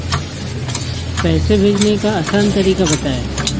पैसे भेजने का आसान तरीका बताए?